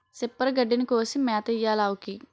సిప్పరు గడ్డిని కోసి మేతెయ్యాలావుకి